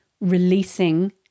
releasing